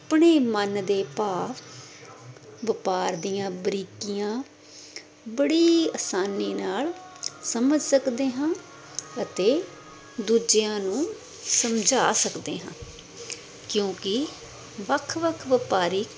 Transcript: ਆਪਣੇ ਮਨ ਦੇ ਭਾਵ ਵਪਾਰ ਦੀਆਂ ਬਰੀਕੀਆਂ ਬੜੀ ਆਸਾਨੀ ਨਾਲ ਸਮਝ ਸਕਦੇ ਹਾਂ ਅਤੇ ਦੂਜਿਆਂ ਨੂੰ ਸਮਝਾ ਸਕਦੇ ਹਾਂ ਕਿਉਂਕਿ ਵੱਖ ਵੱਖ ਵਪਾਰੀ